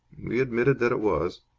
we admitted that it was.